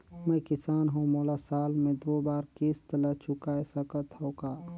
मैं किसान हव मोला साल मे दो बार किस्त ल चुकाय सकत हव का?